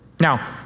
Now